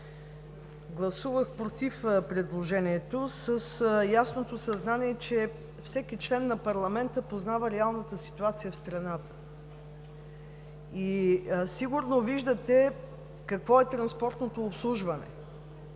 Гласувах против предложението с ясното съзнание, че всеки член на парламента познава реалната ситуация в страната. Сигурно виждате какво е транспортното обслужване